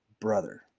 brother